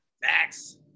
Max